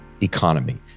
economy